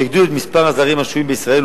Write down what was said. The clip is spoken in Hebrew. אשר הגדילו את מספר הזרים השוהים בישראל,